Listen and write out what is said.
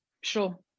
Sure